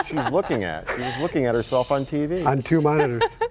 she is looking at yeah looking at herself on tv. on two mondaytors.